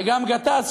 וגם גטאס,